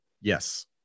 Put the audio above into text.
Yes